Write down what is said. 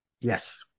Yes